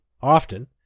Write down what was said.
Often